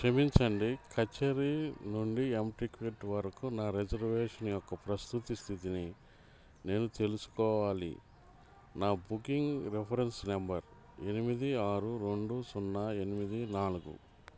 క్షమించండి కచేరీ నుండి ఎం టికట్ వరకు నా రిజర్వేషన్ యొక్క ప్రస్తుత స్థితిని నేను తెలుసుకోవాలి నా బుకింగ్ రిఫరెన్స్ నంబర్ ఎనిమిది ఆరు రెండు సున్నా ఎనిమిది నాలుగు